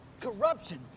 Corruption